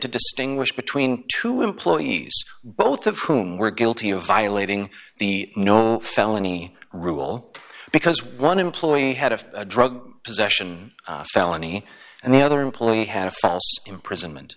to distinguish between two employees both of whom were guilty of violating the no felony rule because one employee had a drug possession felony and the other employee had a false imprisonment